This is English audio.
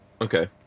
okay